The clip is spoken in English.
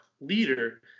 leader